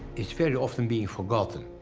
is very often being forgotten.